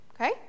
okay